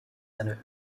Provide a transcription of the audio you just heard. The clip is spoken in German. seine